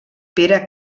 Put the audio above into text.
pere